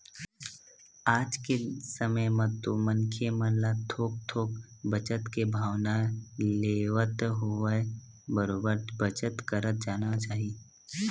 आज के समे म तो मनखे मन ल थोक थोक बचत के भावना लेवत होवय बरोबर बचत करत जाना चाही